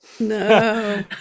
No